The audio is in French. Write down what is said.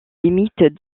limites